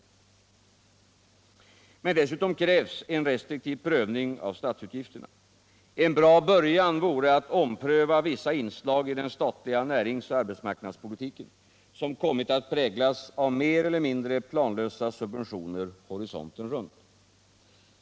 Men dessutom krävs en restriktiv prövning av statsutgifterna. En bra början vore att ompröva vissa inslag i den statliga näringsoch arbetsmarknadspolitiken, som kommit att präglas av mer eller mindre planlösa subventioner horisonten runt.